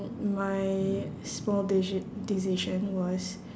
my small deci~ decision was